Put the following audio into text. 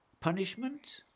Punishment